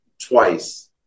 twice